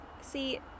see